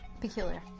Peculiar